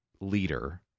leader